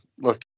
look